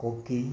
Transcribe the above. कोकी